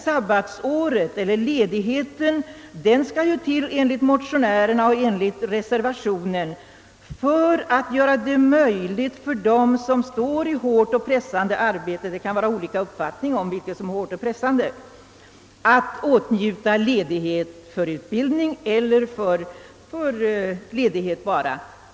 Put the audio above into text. Sabbatsåret eller sabbatsledigheten skall ju enligt motionerna och enligt reservationen egentligen vara till för att göra det möjligt för dem som står i hårt och pressande arbete — det kan ju råda olika uppfattningar om vad som är hårt och pressande — att åtnjuta ledighet för utbildning eller enbart för vila.